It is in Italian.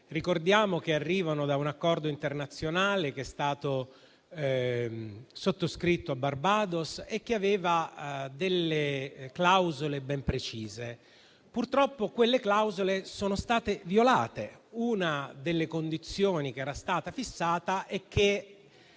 elezioni che arrivano da un accordo internazionale che è stato sottoscritto a Barbados e che aveva delle clausole ben precise. Purtroppo quelle clausole sono state violate. Una delle condizioni fissate è che